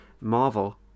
Marvel